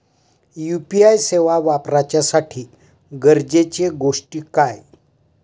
UPI सेवा वापराच्यासाठी गरजेचे गोष्टी काय?